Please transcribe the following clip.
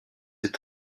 est